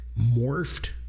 morphed